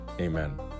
Amen